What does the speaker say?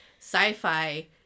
sci-fi